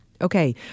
Okay